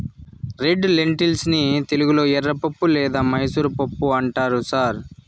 red lentils ని తెలుగులో ఎర్రపప్పు లేదా మైసూర్ పప్పు అంటారు సార్